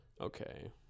okay